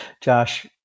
Josh